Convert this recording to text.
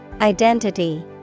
Identity